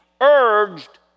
urged